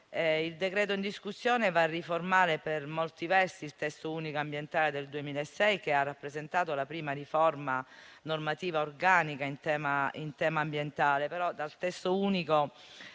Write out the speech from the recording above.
Il decreto in discussione va a riformare per molti versi il testo unico ambientale del 2006, che ha rappresentato la prima riforma normativa organica in tema ambientale. Dal testo unico